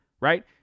Right